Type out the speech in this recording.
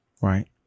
right